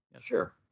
Sure